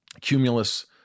cumulus